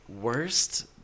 Worst